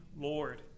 Lord